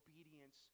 obedience